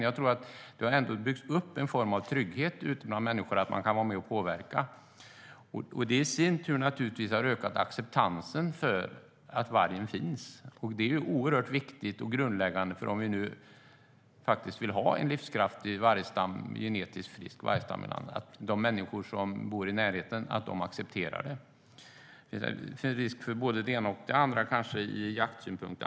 Ute bland människor har det ändå byggts upp en form av trygghet i att de kan vara med och påverka. Det har naturligtvis i sin tur ökat acceptansen för att vargen finns, vilket är oerhört viktigt och grundläggande om vi nu vill ha en livskraftig och genetiskt frisk vargstam i landet. De människor som bor i närheten måste acceptera det, annars finns kanske risk för både det ena och det andra ur jaktsynpunkt.